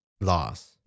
loss